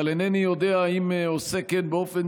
אבל אינני יודע אם הוא עוסק באופן